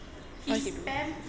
what he do